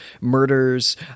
murders